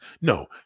No